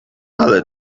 ale